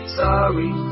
sorry